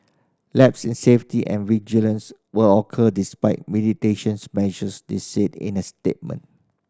lapses in safety and vigilance will occur despite mitigation measures they said in a statement